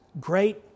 great